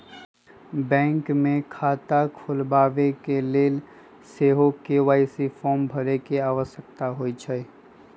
bank मे खता खोलबाबेके लेल सेहो के.वाई.सी फॉर्म भरे के आवश्यकता होइ छै